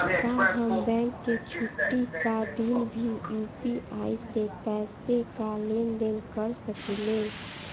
का हम बैंक के छुट्टी का दिन भी यू.पी.आई से पैसे का लेनदेन कर सकीले?